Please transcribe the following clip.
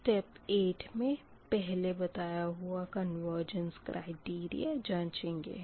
step 8 मे पहले बताया हुआ कन्वर्ज़नस क्राइटेरिया जाँचेंगे